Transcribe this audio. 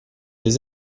des